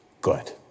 good